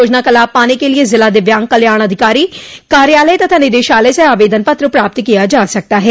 योजना का लाभ पाने के लिए जिला दिव्यांग कल्याण अधिकारी कार्यालय तथा निदेशालय से आवेदन पत्र प्राप्त किया जा सकता है